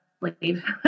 leave